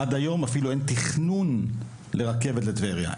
עד היום אפילו אין תכנון לרכבת לטבריה,